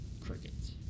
Crickets